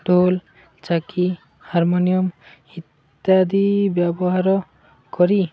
ଡ଼ୋଲ୍ ଚକି ହାରମୋନିୟମ୍ ଇତ୍ୟାଦି ବ୍ୟବହାର କରି